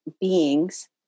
beings